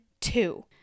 two